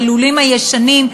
בלולים הישנים,